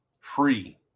free